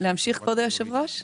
להמשיך, כבוד היושב-ראש?